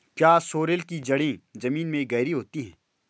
क्या सोरेल की जड़ें जमीन में गहरी होती हैं?